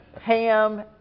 ham